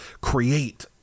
create